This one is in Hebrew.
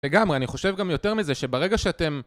לגמרי, אני חושב גם יותר מזה שברגע שאתם...